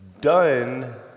done